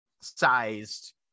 sized